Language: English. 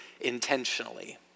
intentionally